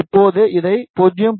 இப்போது இதை 0